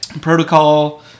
Protocol